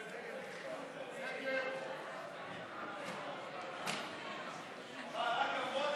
ההצעה להסיר מסדר היום את הצעת חוק קידום תעשיות